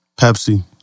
Pepsi